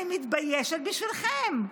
אני מתביישת בשבילכם.